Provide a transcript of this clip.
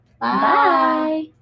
bye